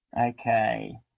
Okay